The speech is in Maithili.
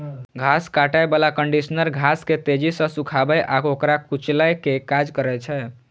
घास काटै बला कंडीशनर घास के तेजी सं सुखाबै आ ओकरा कुचलै के काज करै छै